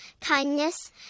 kindness